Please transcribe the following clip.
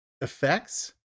effects